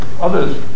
Others